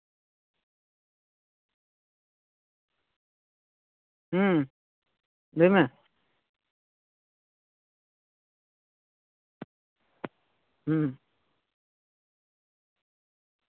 ᱦᱩᱸ ᱞᱟᱹᱭᱢᱮ ᱦᱩᱸ